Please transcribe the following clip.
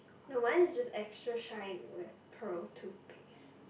no mine is just extra shine like pro toothpaste